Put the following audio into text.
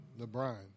LeBron